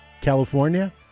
California